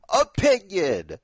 opinion